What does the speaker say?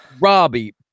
Robbie